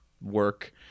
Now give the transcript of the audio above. work